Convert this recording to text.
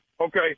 Okay